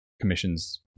commissions